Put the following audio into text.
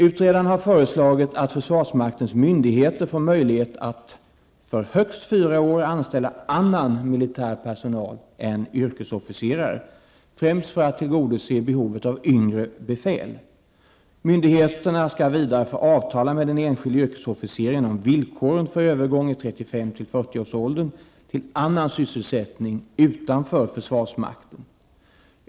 Utredaren har föreslagit att försvarsmaktens myndigheter får möjlighet att för högst fyra år anställa annan militär personal än yrkesofficerare, främst för att tillgodose behovet av yngre befäl. Myndigheterna skall vidare få avtala med den enskilde yrkesofficeren om villkoren för övergång i 35--40-årsåldern till annan sysselsättning utanför försvarsmakten.